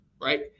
right